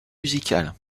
musical